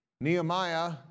Nehemiah